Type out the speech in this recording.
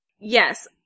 Yes